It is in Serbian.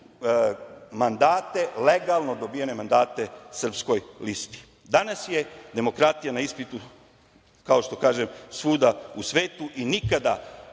legalno dobijene mandate, Srpskoj listi. Danas je demokratija na ispitu, kao što kažem, svuda u svetu i nikada,